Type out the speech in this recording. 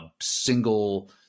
single